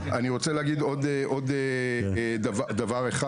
אני רוצה להגיד עוד דבר אחד.